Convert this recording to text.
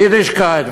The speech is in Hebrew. יידישקייט,